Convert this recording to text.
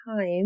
time